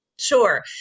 Sure